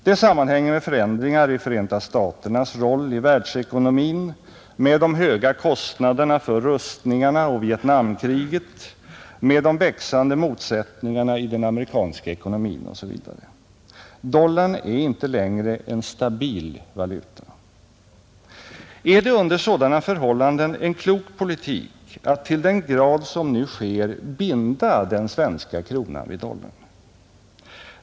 Det sammanhänger med förändringar i Förenta staternas roll i världsekonomin, med de höga kostnaderna för rustningarna och Vietnamkriget, med de växande motsättningarna i den amerikanska ekonomin osv. Dollarn är inte längre en stabil valuta. Är det under sådana förhållanden en klok politik att till den grad som nu sker binda den svenska kronan vid dollarn?